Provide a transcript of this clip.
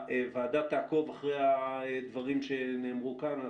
הוועדה תעקוב אחרי הדברים שנאמרו כאן.